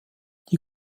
die